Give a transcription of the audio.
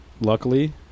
luckily